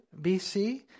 BC